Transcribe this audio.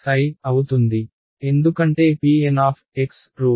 r అవుతుంది ఎందుకంటే pN route